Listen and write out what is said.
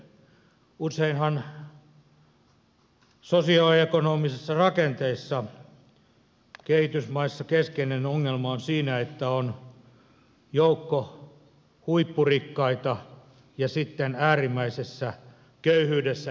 useinhan sosioekonomisissa rakenteissa kehitysmaissa keskeinen ongelma on siinä että on joukko huippurikkaita ja sitten äärimmäisessä köyhyydessä eläviä niin sanottu keskiluokka puuttuu